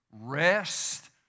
rest